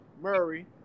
Murray